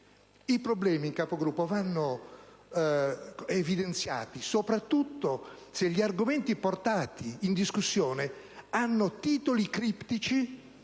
i problemi vanno evidenziati soprattutto se gli argomenti portati in discussione hanno titoli criptici,